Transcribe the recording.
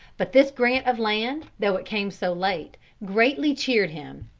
but this grant of land, though it came so late, greatly cheered him.